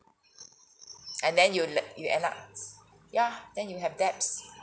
and then you le~ you end up yeah then you have debts